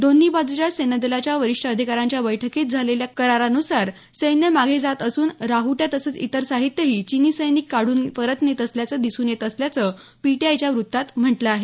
दोन्ही बाजूच्या सैन्यदलाच्या वरिष्ठ अधिकाऱ्यांच्या बैठकीत झालेल्या करारानुसार सैन्य मागे जात असून राहुट्या तसंच इतर साहित्यही चिनी सैनिक काढून परत नेत असल्याचं दिसून येत आहे असं पीटीआयच्या वृत्तात म्हटलं आहे